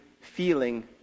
feeling